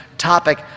topic